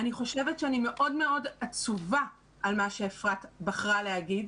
אני חושבת שאני מאוד מאוד עצובה על מה שאפרת בחרה להגיד